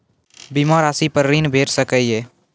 बीमा रासि पर ॠण भेट सकै ये?